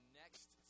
next